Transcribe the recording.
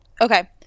Okay